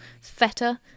feta